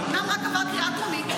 שאומנם רק עבר קריאה טרומית,